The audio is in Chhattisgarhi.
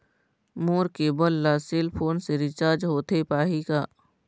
मोर केबल ला सेल फोन से रिचार्ज होथे पाही का?